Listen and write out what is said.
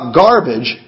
garbage